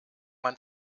man